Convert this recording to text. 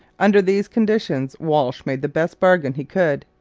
under these conditions, walsh made the best bargain he could.